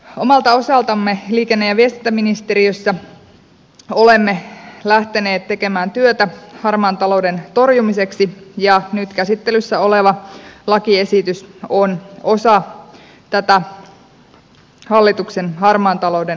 omalta osaltamme liikenne ja viestintäministeriössä olemme lähteneet tekemään työtä harmaan talouden torjumiseksi ja nyt käsittelyssä oleva lakiesitys on osa tätä hallituksen harmaan talouden torjuntaohjelmaa